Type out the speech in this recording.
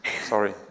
Sorry